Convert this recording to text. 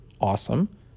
Awesome